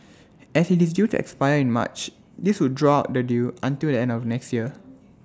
as IT is due to expire in March this would draw the deal until the end of next year